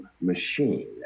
machine